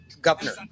governor